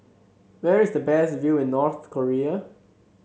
where is the best view in North Korea